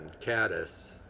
caddis